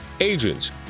agents